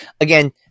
Again